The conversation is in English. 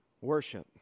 Worship